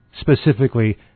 specifically